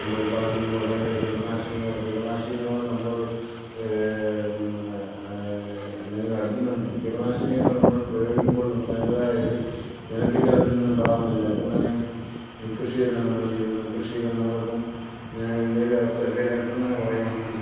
നമ്മൾ ഉല്പാദിപ്പിക്കുമ്പോൾ ഭയങ്കര കീടനാശിനികൾ കിടനാശിനകൾ നമ്മൾ എന്തെങ്കിലും അടിക്കുന്നു കിടനാശിനികൾ നമ്മൾ പ്രയോഗിക്കുമ്പോൾ നമുക്ക് അതിൻ്റെതായ ഒരു ബെനഫിറ്റ് അതിൽ നിന്നും ഉണ്ടാവുന്നില്ല ഇപ്പം തന്നെ നെൽകൃഷി തന്നെ നമ്മൾ ചെയ്തു നെൽകൃഷിയിൽ നമ്മൾ ഇപ്പം ഞാൻ എൻ്റെ ഒരു അവസ്ഥ എൻ്റെ ഒരു അനുഭവം തന്നെ പറയുകയാണെങ്കിൽ